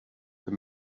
the